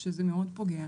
שזה מאוד פוגע